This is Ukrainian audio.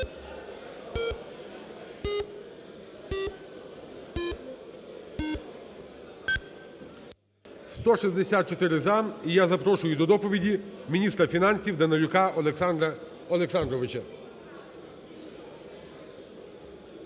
164 – за. І я запрошую до доповіді міністра фінансів Данилюка Олександра Олександровича.